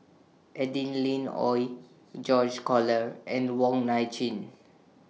Adeline Ooi George Collyer and Wong Nai Chin